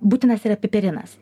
būtinas yra piperinas